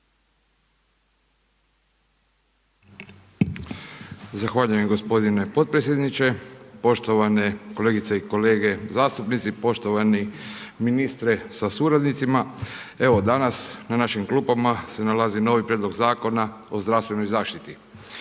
Zahvaljujem gospodine potpredsjedniče. Poštovane kolegice i kolege zastupnici, poštovani ministre sa suradnicima. Evo, danas na našim klupama se nalazi novi Prijedlog Zakona o zdravstvenoj zaštiti.